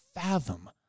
fathom